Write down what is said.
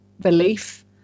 belief